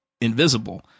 invisible